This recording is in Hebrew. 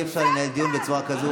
אי-אפשר לנהל דיון בצורה כזו.